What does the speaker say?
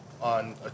on